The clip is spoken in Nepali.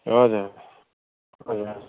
हजुर हजुर